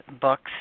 books